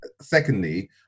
secondly